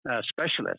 specialist